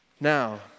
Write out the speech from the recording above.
Now